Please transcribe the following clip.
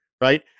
right